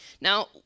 Now